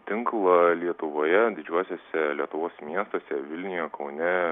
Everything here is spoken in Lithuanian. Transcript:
tinklą lietuvoje didžiuosiuose lietuvos miestuose vilniuje kaune